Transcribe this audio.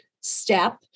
step